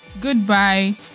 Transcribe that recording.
goodbye